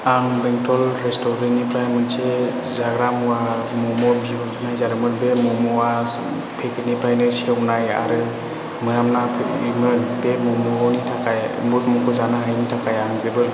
आं बेंटल रेस्टुरेन्टनिफ्राय मोनसे जाग्रा मुवा मम' बिहरनाय जादोंमोन बे मम'आ पेकेटनिफ्रायनो सेवनाय आरो मोनामना फैखानायमोन बे मम'खौ जानो हायैनि थाखाय आं जोबोद